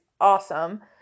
awesome